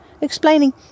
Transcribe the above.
explaining